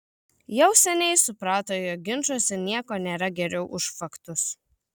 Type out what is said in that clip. jau seniai suprato jog ginčuose nieko nėra geriau už faktus